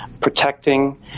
protecting